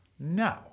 No